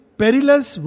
perilous